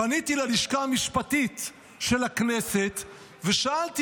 פניתי ללשכה המשפטית של הכנסת ושאלתי